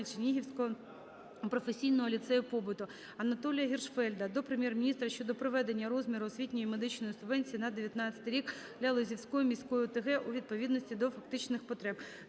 Чернігівського професійного ліцею побуту. Анатолія Гіршфельда до Прем'єр-міністра щодо приведення розміру освітньої і медичної субвенції на 2019 рік для Лозівської міської ОТГ у відповідність до фактичних потреб.